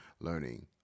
learning